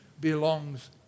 belongs